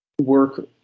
work